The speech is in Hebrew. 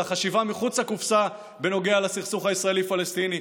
החשיבה מחוץ לקופסה בנוגע לסכסוך הישראלי פלסטיני.